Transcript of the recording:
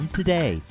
today